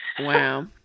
Wow